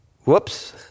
Whoops